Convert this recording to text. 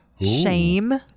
shame